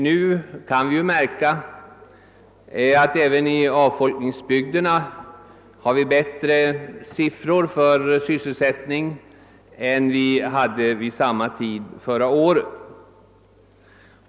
Nu kan vi notera bättre siffror för sysselsättningen även i avfolkningsbygderna än vid samma tid förra året.